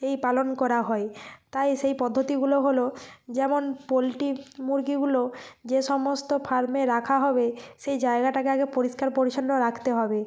এই পালন করা হয় তাই সেই পদ্ধতিগুলো হল যেমন পোলট্রি মুরগিগুলো যে সমস্ত ফার্মে রাখা হবে সেই জায়গাটাকে আগে পরিষ্কার পরিচ্ছন্ন রাখতে হবে